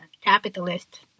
capitalist